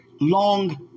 long